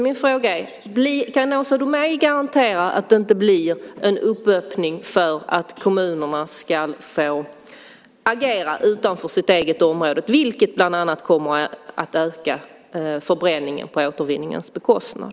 Min fråga är: Kan Åsa Domeij garantera att det inte blir en öppning för att kommunerna ska få agera utanför sitt eget område, vilket bland annat kommer att öka förbränningen på återvinningens bekostnad?